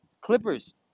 Clippers